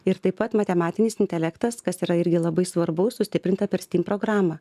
ir taip pat matematinis intelektas kas yra irgi labai svarbu sustiprinta per stim programą